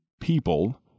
People